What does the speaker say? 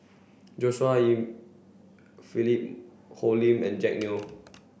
Joshua Ip Philip Hoalim and Jack Neo